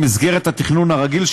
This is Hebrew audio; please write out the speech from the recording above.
שיהיה במסגרת התכנון הרגיל,